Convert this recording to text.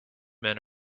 men